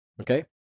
okay